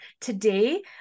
Today